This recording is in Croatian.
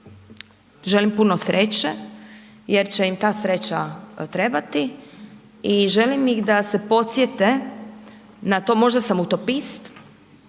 želim puno sreće jer će im ta sreća trebati i želim ih da se podsjete na to, možda sam utopist,